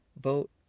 vote